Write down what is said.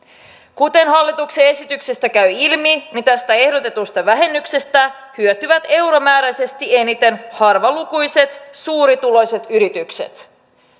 kuten hallituksen esityksestä käy ilmi tästä ehdotetusta vähennyksestä hyötyvät euromääräisesti eniten harvalukuiset suurituloiset yritykset